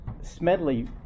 Smedley